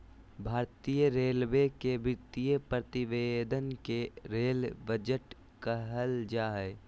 भारतीय रेलवे के वित्तीय प्रतिवेदन के रेल बजट कहल जा हइ